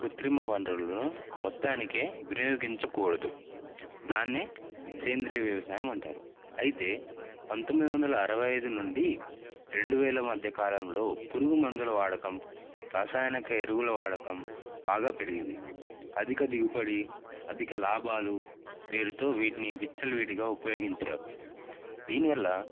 కృత్రిమ వనరులను మొత్తానికే వినియోగించకూడదు దాన్నే సేంద్రీయ వ్యవసాయం అంటారు అయితే పంతొమ్మిదివందల అరవై ఐదు నుండి రెండువేల మధ్య కాలంలో పురుగు మందుల వాడకం రసాయనిక ఎరువుల వాడకం బాగా పెరిగింది అధిక దిగుబడి అధిక లాభాలు పేరుతో వీటిని విచ్చలవిడిగా ఉపయోగించారు దీనివల్ల